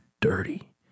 dirty